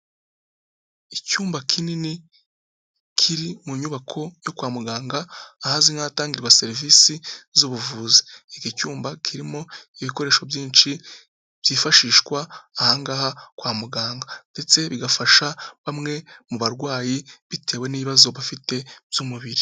Icyumba kinini kiri mu nyubako yo kwa muganga ahazwi nk'ahatangirwa serivisi z'ubuvuzi, iki cyumba kirimo ibikoresho byinshi byifashishwa aha ngaha kwa muganga, ndetse bigafasha bamwe mu barwayi bitewe n'ibibazo bafite by'umubiri.